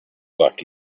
back